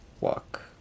walk